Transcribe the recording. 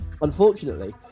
Unfortunately